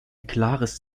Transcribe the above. klares